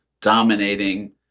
dominating